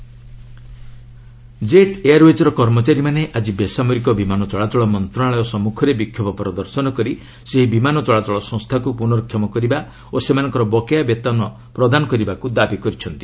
jet protest jet ଏୟାର୍ଓ୍ବେଜ୍ର କର୍ମଚାରୀମାନେ ଆଜି ବେସାମରିକ ବିମାନ ଚଳାଚଳ ମନ୍ତ୍ରଣାଳୟ ସମ୍ମୁଖରେ ବିକ୍ଷୋଭ ପ୍ରଦର୍ଶନ କରି ସେହି ବିମାନ ଚଳାଚଳ ସଂସ୍ଥାକୁ ପୁର୍ନକ୍ଷମ କରିବା ଓ ସେମାନଙ୍କର ବକେୟା ବେତନ ପ୍ରଦାନ କରିବାକୁ ଦାବି କରିଛନ୍ତି